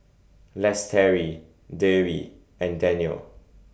Lestari Dewi and Danial